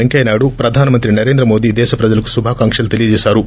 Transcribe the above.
పెంకయ్యనాయుడు ప్రదాన మంత్రి నరేంద్ర మోదీ దేశ ప్రజలకు శుంభాంక్షలు తెలియజేశారు